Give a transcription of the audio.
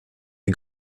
des